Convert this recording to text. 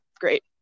great